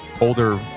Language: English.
older